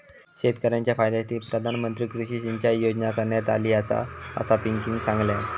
शेतकऱ्यांच्या फायद्यासाठी प्रधानमंत्री कृषी सिंचाई योजना करण्यात आली आसा, असा पिंकीनं सांगल्यान